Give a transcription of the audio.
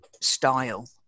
style